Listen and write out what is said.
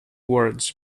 words